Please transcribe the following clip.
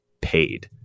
paid